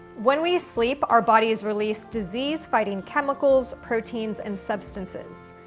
when we sleep, our bodies release disease-fighting chemicals, proteins, and substances.